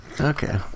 Okay